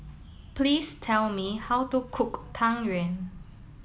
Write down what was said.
please tell me how to cook Tang yuan